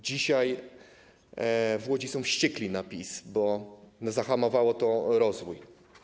Dzisiaj w Łodzi są wściekli na PiS, bo zahamowało to rozwój.